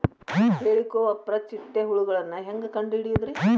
ಹೇಳಿಕೋವಪ್ರ ಚಿಟ್ಟೆ ಹುಳುಗಳನ್ನು ಹೆಂಗ್ ಕಂಡು ಹಿಡಿಯುದುರಿ?